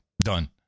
done